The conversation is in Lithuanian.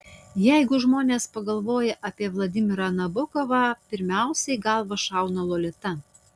jeigu žmonės pagalvoja apie vladimirą nabokovą pirmiausia į galvą šauna lolita